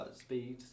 speed